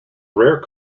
rare